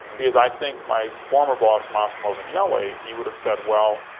because i think my former boss, massimo vignelli, he would have said, well,